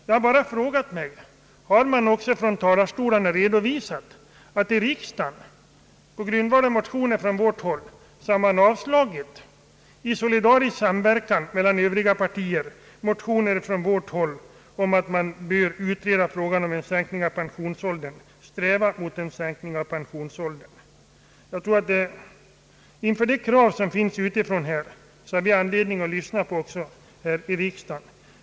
Jag har bara frågat mig: Har man också från talarstolarna redovisat, att man i riksdagen i solidarisk samverkan mellan övriga partier har avslagit motioner från centerpartihåll om en sänkning av pensionsåldern? De krav, som sålunda framförts utifrån, är det en anledning att lyssna på också här i riksdagen.